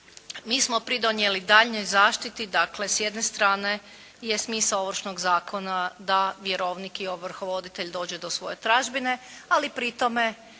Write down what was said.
mi smo pridonijeli daljnjoj zaštiti, dakle s jedne strane je smisao Ovršnog zakona da vjerovnik i ovrhovoditelj dođe do svoje tražbine, ali pri tome